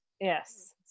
Yes